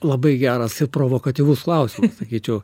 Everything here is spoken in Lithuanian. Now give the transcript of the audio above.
labai geras ir provokatyvus klausimas sakyčiau